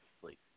sleep